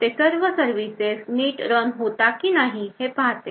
ते सर्व सर्विसेस नीट रन होतात की नाही हे पाहते